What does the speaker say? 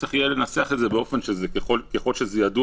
צריך לנסח את זה באופן שאומר, "ככל שידוע